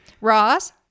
Ross